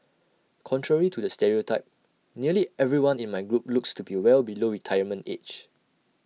contrary to the stereotype nearly everyone in my group looks to be well below retirement age